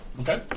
Okay